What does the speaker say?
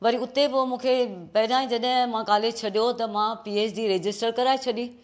वरी हुते पोइ मूंखे पहिरां जॾहिं मां कालेज छॾियो त मां पी एच डी रजिस्टर कराए छॾी